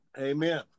Amen